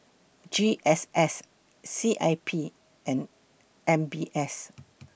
G S S C I P and M B S